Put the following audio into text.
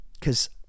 Cause